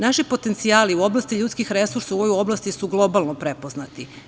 Naši potencijali u oblasti ljudskih resursa u ovoj oblasti su globalno prepoznati.